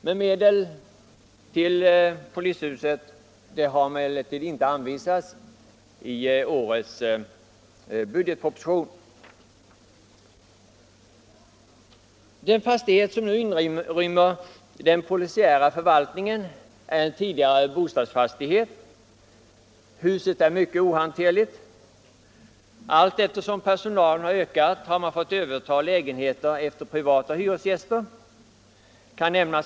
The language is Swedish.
Men medel för polishuset har inte anvisats i 1975 års budgetproposition. Den fastighet som nu inrymmer den polisiära förvaltningen är en tidigare bostadsfastighet. Huset är mycket ohanterligt. Allteftersom personalen ökat har man fått överta lägenheter efter privata hyresgäster.